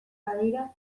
badira